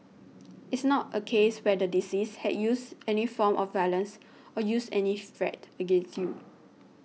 it's not a case where the deceased had used any form of violence or used any threat against you